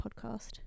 podcast